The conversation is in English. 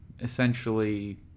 essentially